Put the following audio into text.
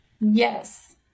yes